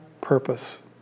purpose